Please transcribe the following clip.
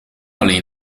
alleen